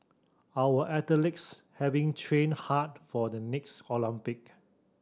our athletes have been train hard for the next Olympic